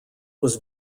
was